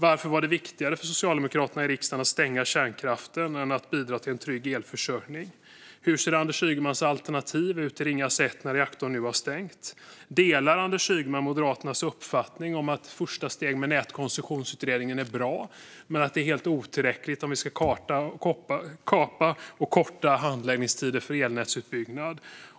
Varför var det viktigare för Socialdemokraterna i riksdagen att stänga kärnkraften än att bidra till en trygg elförsörjning? Hur ser Anders Ygemans alternativ ut till Ringhals 1 när reaktorn nu har stängts? Delar Anders Ygeman Moderaternas uppfattning att ett första steg med Nätkoncessionsutredningen är bra men att det är helt otillräckligt om vi ska kapa och korta handläggningstiderna för elnätsutbyggnad?